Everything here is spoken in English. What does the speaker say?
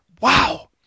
Wow